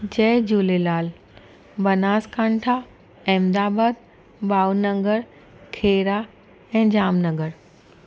जय झूलेलाल बनासकांठा अहमदाबाद भावनगर खेरा ऐं जामनगर